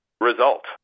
result